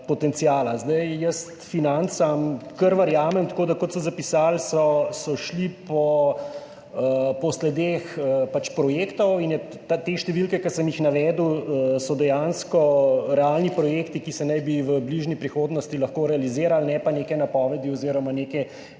Jaz financam kar verjamem, kot so zapisali, so šli po sledeh projektov in te številke, ki sem jih navedel, so dejansko realni projekti, ki bi se lahko v bližnji prihodnosti realizirali, ne pa neke napovedi oziroma neke